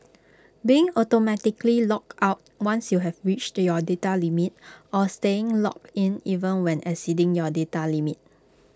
being automatically logged out once you have reached your data limit or staying logged in even when exceeding your data limit